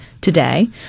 today